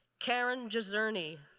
karen jazorni,